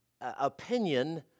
opinion